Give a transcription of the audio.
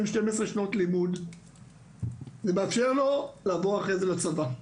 12 שנות לימוד זה מאפשר לו לעבור אחרי זה לצבא,